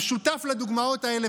המשותף לדוגמאות האלה,